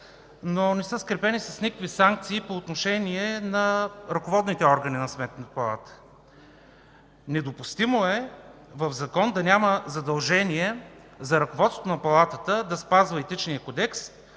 но не е скрепено с никакви санкции по отношение на ръководните органи на Сметната палата. Недопустимо е в закона да няма задължение за ръководството на Палатата да спазва Етичния кодекс,